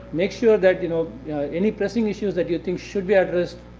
make sure that you know any pressing issues that you think should be addressed,